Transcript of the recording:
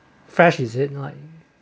fresh is it